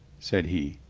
said he.